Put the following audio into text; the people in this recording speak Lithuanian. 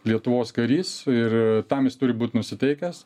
lietuvos karys ir tam jis turi būt nusiteikęs